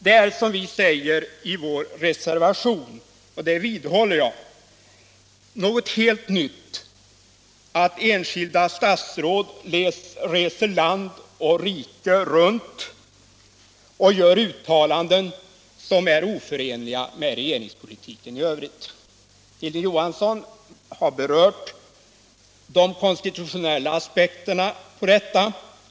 Det är som vi säger i vår reservation — och det vidhåller jag - något helt nytt att enskilda statsråd reser land och rike runt och gör uttalanden som är oförenliga med regeringspolitiken i övrigt. Hilding Johansson har berört de konstitutionella aspekterna på detta.